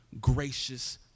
gracious